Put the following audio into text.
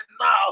now